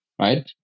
right